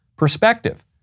perspective